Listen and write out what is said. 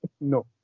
No